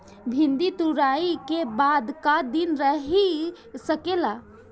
भिन्डी तुड़ायी के बाद क दिन रही सकेला?